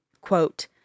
Quote